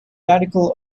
radical